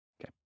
Okay